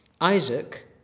Isaac